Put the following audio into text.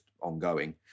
ongoing